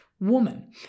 woman